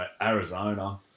Arizona